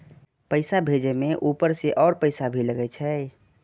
पैसा भेजे में ऊपर से और पैसा भी लगे छै?